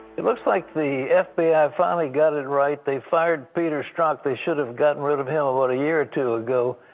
it looks like the f b i. finally got it right. they fired peter strzok. they should have gotten rid of him about a year or two ago.